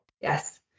Yes